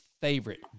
favorite